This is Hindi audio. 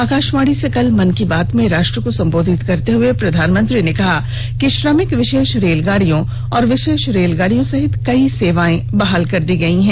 आकाशवाणी से कल मन की बात में राष्ट्र को संबोधित करते हुए प्रधानमंत्री ने कहा कि श्रमिक विशेष रेलगाडियों और विशेष रेलगाड़ियों सहित कई सेवाएं बहाल कर दी गई हैं